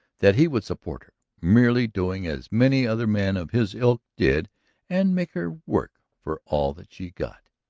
that he would support her, merely doing as many other men of his ilk did and make her work for all that she got.